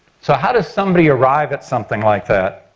so how does somebody arrive at something like that?